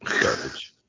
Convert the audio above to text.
garbage